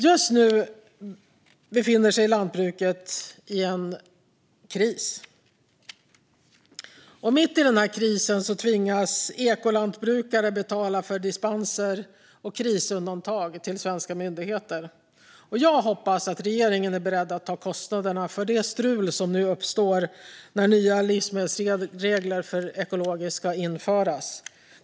Just nu befinner sig lantbruket i en kris, och mitt i den här krisen tvingas ekolantbrukare att betala för dispenser och krisundantag till svenska myndigheter. Jag hoppas att regeringen är beredd att ta kostnaderna för det strul som uppstår när nya livsmedelsregler för ekologiskt ska införas.